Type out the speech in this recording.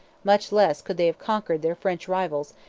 much less could they have conquered their french rivals,